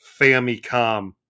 Famicom